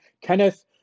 Kenneth